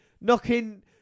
knocking